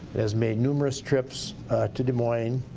has made numerous trips to des moines,